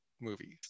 movie